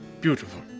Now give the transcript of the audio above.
beautiful